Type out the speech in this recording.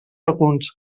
alguns